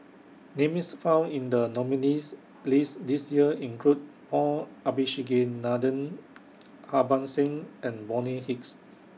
Names found in The nominees' list This Year include Paul Abisheganaden Harbans Singh and Bonny Hicks